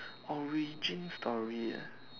origin story really